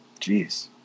Jeez